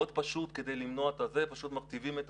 מאוד פשוט למנוע את זה, פשוט מרטיבים את